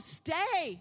stay